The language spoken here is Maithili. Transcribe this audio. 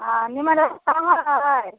आ नीमन शहर है